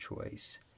choice